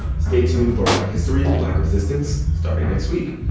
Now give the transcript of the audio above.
stay tuned for black history, black resistance starting next week.